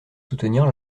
soutenir